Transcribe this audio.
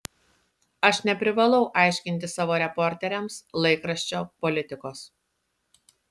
aš neprivalau aiškinti savo reporteriams laikraščio politikos